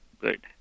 good